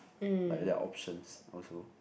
like their options also